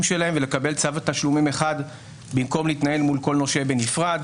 שלהם ולקבל צו תשלומים אחד במקום להתנהל מול כל נושה בנפרד.